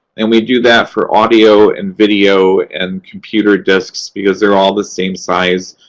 and we do that for audio and video and computer discs because they're all the same size.